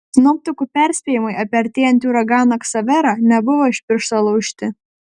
sinoptikų perspėjimai apie artėjantį uraganą ksaverą nebuvo iš piršto laužti